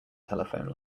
telephone